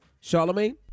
Charlemagne